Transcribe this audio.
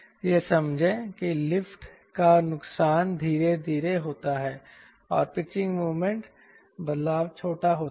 यह समझें कि लिफ्ट का नुकसान धीरे धीरे होता है और पिचिंग मोमेंट बदलाव छोटा होता है